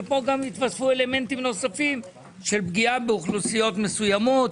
שגם פה התווספו אלמנטים נוספים של פגיעה באוכלוסיות מסוימות.